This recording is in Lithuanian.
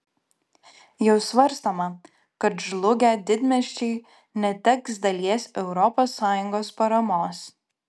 jau svarstoma kad žlugę didmiesčiai neteks dalies europos sąjungos paramos